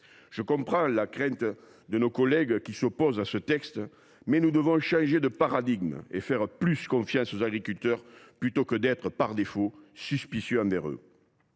Je comprends les craintes de ceux de nos collègues qui s’opposent à ce texte, mais nous devons changer de paradigme et faire davantage confiance aux agriculteurs plutôt que d’être, par défaut, suspicieux.